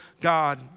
God